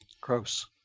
Gross